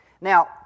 Now